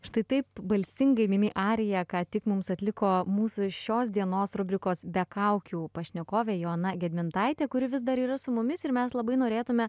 štai taip balsingai mimi ariją ką tik mums atliko mūsų šios dienos rubrikos be kaukių pašnekovė joana gedmintaitė kuri vis dar yra su mumis ir mes labai norėtume